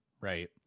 right